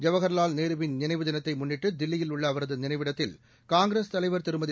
ஜவஹா்லால் நேருவின் நினைவு தினத்தை முன்னிட்டு தில்லியில் உள்ள அவரது நினைவிடத்தில் காங்கிரஸ் தலைவர் திருமதி